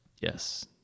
Yes